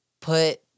put